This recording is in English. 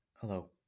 Hello